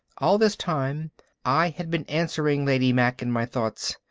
all this time i had been answering lady mack in my thoughts,